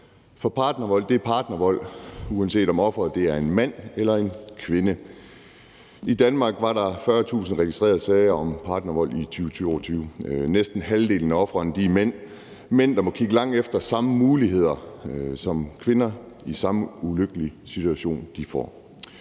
for partnervold er partnervold, uanset om offeret er en mænd eller en kvinde. I Danmark var der 40.000 registrerede sager om partnervold i 2022. Næsten halvdelen af ofrene var mænd – mænd, som må kigge langt efter de samme muligheder, som kvinder i den samme ulykkelige situation får.